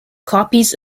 copies